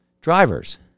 drivers